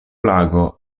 lago